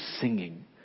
singing